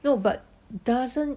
no but doesn't